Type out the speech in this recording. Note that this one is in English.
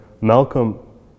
Malcolm